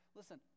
listen